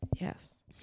yes